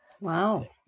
Wow